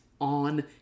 on